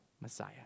Messiah